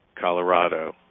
Colorado